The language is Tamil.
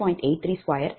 0005X 53